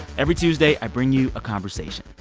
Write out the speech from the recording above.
every tuesday, i bring you a conversation.